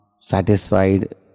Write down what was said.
satisfied